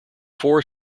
four